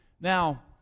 Now